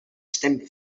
estem